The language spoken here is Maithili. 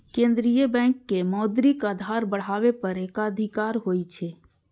केंद्रीय बैंक के मौद्रिक आधार बढ़ाबै पर एकाधिकार होइ छै